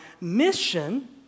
mission